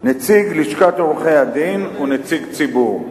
נציג לשכת עורכי-הדין ונציג ציבור,